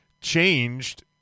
changed